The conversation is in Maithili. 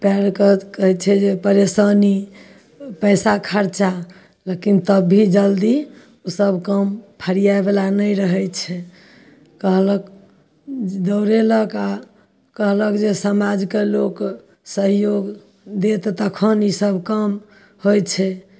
पाएरके कहै छै जे परेशानी पइसा खरचा लेकिन तब भी जल्दी ओसब काम फरिआइवला नहि रहै छै कहलक दौड़ेलक आओर कहलक जे समाजके लोक सहयोग देत तखन ईसब काम होइ छै